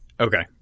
Okay